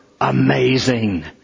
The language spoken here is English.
amazing